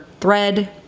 thread